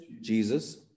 Jesus